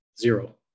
zero